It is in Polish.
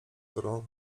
którą